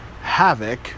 Havoc